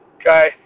Okay